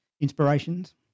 Inspirations